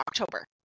October